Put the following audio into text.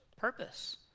purpose